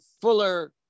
fuller